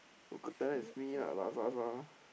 local talent is me lah